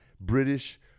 British